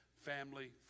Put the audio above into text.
family